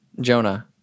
Jonah